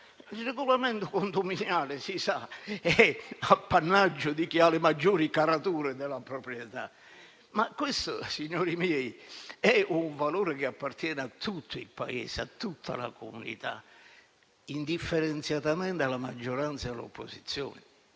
Il regolamento condominiale, come si sa, è appannaggio di chi ha le maggiori carature della proprietà. Questo, però, colleghi, è un patrimonio che appartiene a tutto il Paese, a tutta la comunità, indifferenziatamente alla maggioranza e all'opposizione.